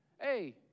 Hey